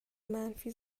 منفی